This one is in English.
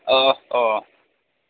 oh oh